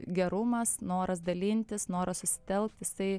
gerumas noras dalintis noras susitelkt jisai